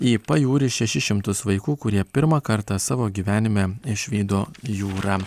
į pajūrį šešis šimtus vaikų kurie pirmą kartą savo gyvenime išvydo jūrą